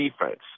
defense